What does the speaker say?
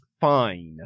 fine